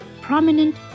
prominent